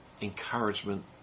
encouragement